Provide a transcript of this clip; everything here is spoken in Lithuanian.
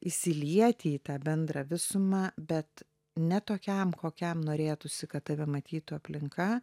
įsilieti į tą bendrą visumą bet ne tokiam kokiam norėtųsi kad tave matytų aplinka